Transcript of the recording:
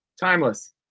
Timeless